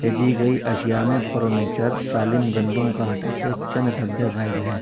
بھیجی گئی اشیا میں پرو نیچر سالم گندم کا آٹا کے چند ڈبے غائب ہیں